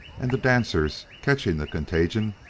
and the dancers, catching the contagion,